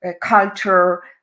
culture